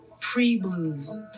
pre-blues